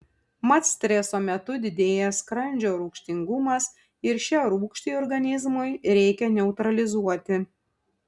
mat streso metu didėja skrandžio rūgštingumas ir šią rūgštį organizmui reikia neutralizuoti